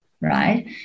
right